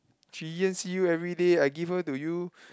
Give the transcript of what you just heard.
Chee-Yuan see you everyday I give her to you